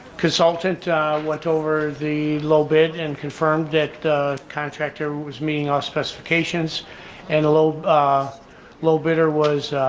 consultant went over the low bid and confirmed that contractor was meeting all specifications and a low low bidder was,